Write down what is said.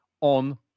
On